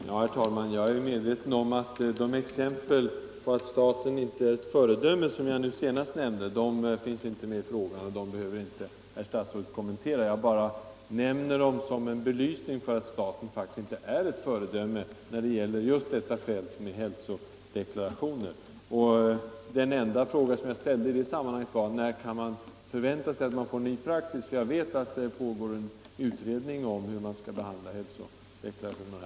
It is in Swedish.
Herr talman! Jag är medveten om att de exempel på att staten inte är ett föredöme som jag senast nämnde, inte finns i min fråga, så dem behöver herr statsrådet inte kommentera. Jag bara tar upp dem som en belysning av att staten faktiskt inte är ett föredöme när det gäller just hälsodeklarationer. Den enda fråga som jag ställde i det sammanhanget var: När kan man förvänta en ny praxis? Jag vet att det pågår en utredning om hur hälsodeklarationerna skall behandlas.